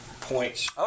points